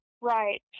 Right